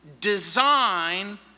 design